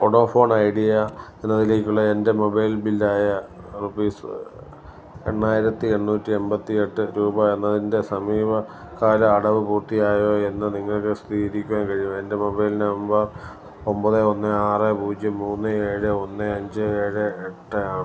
Vodafone Idea എന്നതിലേക്കുള്ള എൻ്റെ mobile ബില്ലായ റുപ്പീസ് എണ്ണായിരത്തി എണ്ണൂറ്റി എൺപത്തി എട്ട് രൂപ എന്നതിൻ്റെ സമീപ കാല അടവ് പൂർത്തിയായോ എന്ന് നിങ്ങൾക്ക് സ്ഥിരീകരിക്കാൻ കഴിയുമോ എൻ്റെ മൊബൈൽ നമ്പർ ഒമ്പത് ഒന്ന് ആറ് പൂജ്യം മൂന്ന് ഏഴ് ഒന്ന് അഞ്ച് ഏഴ് എട്ടാണ്